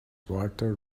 walter